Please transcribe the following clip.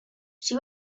she